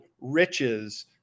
riches